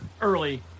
early